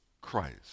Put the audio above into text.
Christ